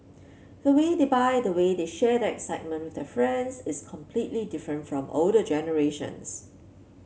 the way they buy the way they share that excitement with their friends is completely different from older generations